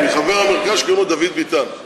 מחבר המרכז שקוראים לו דוד ביטן.